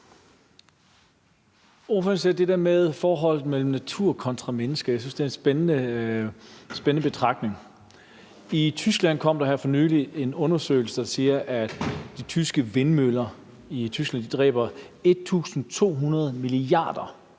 siger noget om det der med forholdet mellem natur og mennesker. Jeg synes, at det er en spændende betragtning. I Tyskland kom der her for nylig en undersøgelse, der siger, at de tyske vindmøller i Tyskland dræber 1.200 milliarder